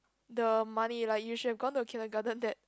the money like you should have gone to kindergarten that